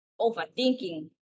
overthinking